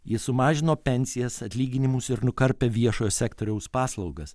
ji sumažino pensijas atlyginimus ir nukarpė viešojo sektoriaus paslaugas